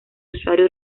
usuario